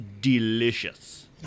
delicious